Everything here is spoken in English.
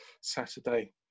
Saturday